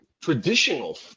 traditional